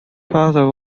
father